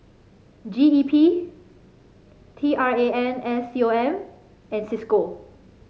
G E P T R A N S C O M and Cisco